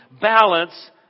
balance